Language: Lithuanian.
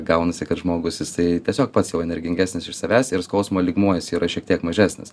gaunasi kad žmogus jisai tiesiog pats jau energingesnis iš savęs ir skausmo lygmuo jis yra šiek tiek mažesnis